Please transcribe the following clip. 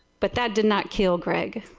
but that did not kill greg.